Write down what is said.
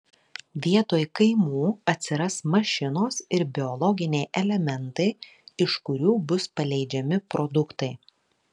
vietoj kaimų atsiras mašinos ir biologiniai elementai iš kurių bus paleidžiami produktai